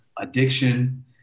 addiction